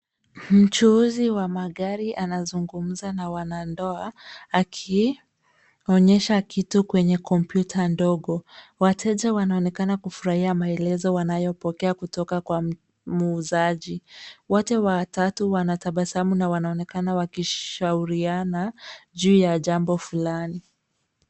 Mchuuzi wa magari anazungumza na wanandoa akionyesha kitu kwenye komputa ndogo. Wateja wanaonekana kufurahia maelezo wanayopokea kutoka kwa muuzaji. Wote watatu wanatabasamu na wanaonekana wakishauriana juu ya jambo fulani.